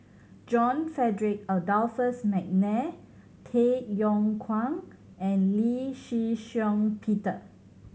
John Frederick Adolphus McNair Tay Yong Kwang and Lee Shih Shiong Peter